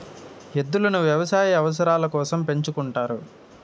ఎద్దులను వ్యవసాయ అవసరాల కోసం పెంచుకుంటారు